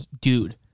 Dude